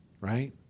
right